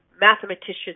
mathematicians